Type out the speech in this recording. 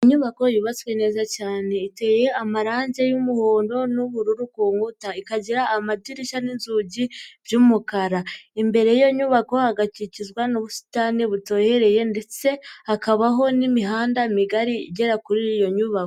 Inyubako yubatswe neza cyane, iteye amarange y'umuhondo n'ubururu ku nkuta, ikagira amadirishya n'inzugi by'umukara, imbere y'iyo nyubako hagakikizwa n'ubusitani butohereye ndetse hakabaho n'imihanda migari igera kuri iyo nyubako.